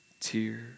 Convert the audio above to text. tear